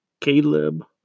Caleb